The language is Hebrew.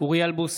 אוריאל בוסו,